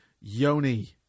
Yoni